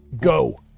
Go